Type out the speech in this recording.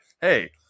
hey